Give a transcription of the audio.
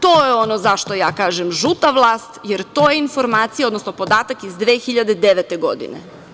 To je ono zašto ja kažem – žuta vlast, jer to je informacija, odnosno podatak iz 2009. godine.